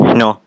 no